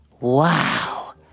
Wow